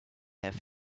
have